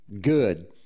good